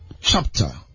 chapter